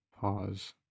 pause